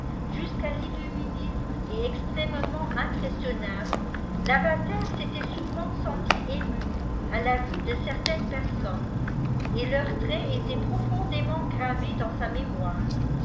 jusqu'à rilliiminisme et extrêmement impressionnable lavater s'était souvent senti ému à la vue de certaines personnes et leurs traits étaient profondément gravés dans sa mémoire